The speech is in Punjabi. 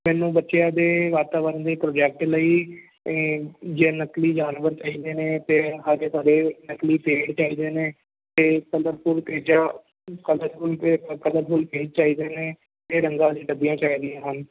ਮੈਨੂੰ ਬੱਚਿਆਂ ਦੇ ਵਾਤਾਵਰਨ ਦੇ ਪ੍ਰੋਜੈਕਟ ਲਈ ਇਹ ਜੇ ਨਕਲੀ ਜਾਨਵਰ ਚਾਹੀਦੇ ਨੇ ਅਤੇ ਆ ਗਏ ਸਾਡੇ ਨਕਲੀ ਪੇੜ ਚਾਹੀਦੇ ਨੇ ਅਤੇ ਕਲਰਫੁਲ ਪੇਜਾ ਕਲਰਫੁਲ ਪੇ ਕਲਰਫੁੱਲ ਪੇਜ ਚਾਹੀਦੇ ਨੇ ਅਤੇ ਰੰਗਾਂ ਦੀ ਡੱਬੀਆਂ ਚਾਹੀਦੀਆਂ ਹਨ